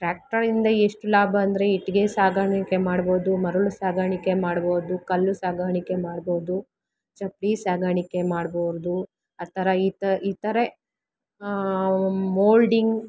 ಟ್ರ್ಯಾಕ್ಟರಿಂದ ಎಷ್ಟು ಲಾಭ ಅಂದರೆ ಇಟ್ಟಿಗೆ ಸಾಗಾಣಿಕೆ ಮಾಡ್ಬೋದು ಮರಳು ಸಾಗಾಣಿಕೆ ಮಾಡ್ಬೋದು ಕಲ್ಲು ಸಾಗಾಣಿಕೆ ಮಾಡ್ಬೋದು ಚಪ್ಪಡಿ ಸಾಗಾಣಿಕೆ ಮಾಡ್ಬೋದು ಆ ಥರ ಈತ ಇತರೆ ಮೋಲ್ಡಿಂಗ್